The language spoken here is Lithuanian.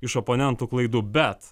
iš oponentų klaidų bet